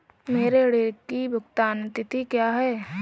मेरे ऋण की भुगतान तिथि क्या है?